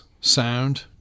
sound